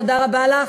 תודה רבה לך.